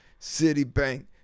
Citibank